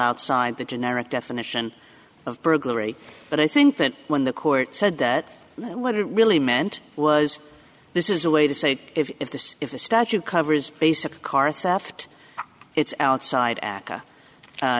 outside the generic definition of burglary but i think that when the court said that what it really meant was this is a way to say if this if the statute covers basic car theft it's outside a